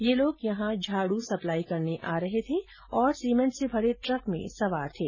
ये लोग यहां झाड़ू सप्लाई करने आ रहे थे और सीमेंट से भरे ट्रक में सवार थे